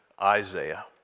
Isaiah